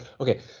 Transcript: okay